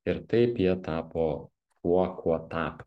ir taip jie tapo tuo kuo tap